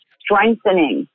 strengthening